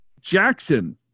Jackson